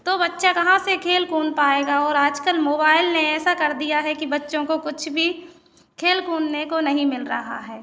तो बच्चा कहाँ से खेल कूद पाएगा और आज कल मोबाइल ने ऐसा कर दिया है कि बच्चों को कुछ भी खेल कूदने को नहीं मिल रहा है